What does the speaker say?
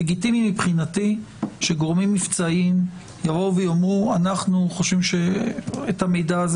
לגיטימי מבחינתי שגורמים מבצעיים יבואו ויאמרו: על המידע הזה